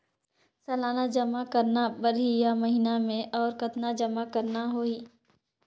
सालाना जमा करना परही या महीना मे और कतना जमा करना होहि?